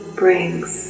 brings